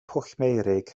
pwllmeurig